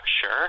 sure